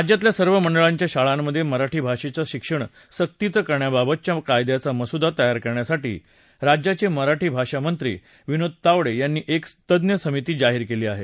राज्यातल्या सर्व मंडळांच्या शाळांमध्ये मराठी भाषेचे शिक्षण सक्तीचं करण्याबाबतच्या कायद्याचा मसुदा तयार करण्यासाठी राज्याचे मराठी भाषा मंत्री विनोद तावडे यांनी एक तज्ञ समिती जाहीर केली आहे